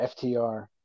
FTR